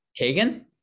Kagan